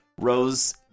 Rose